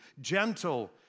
gentle